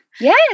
Yes